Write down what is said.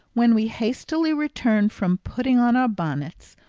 when we hastily returned from putting on our bonnets,